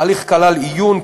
ההליך כלל עיון,